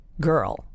Girl